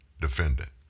defendant